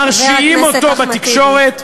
מרשיעים אותו בתקשורת,